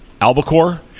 albacore